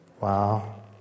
wow